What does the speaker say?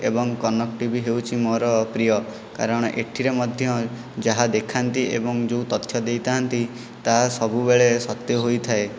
ଏବଂ କନକ ଟିଭି ହେଉଛି ମୋର ପ୍ରିୟ କାରଣ ଏହିଠିରେ ମଧ୍ୟ ଯାହା ଦେଖାନ୍ତି ଏବଂ ଯେଉଁ ତଥ୍ୟ ଦେଇଥାନ୍ତି ତାହା ସବୁବେଳେ ସତ୍ୟ ହୋଇଥାଏ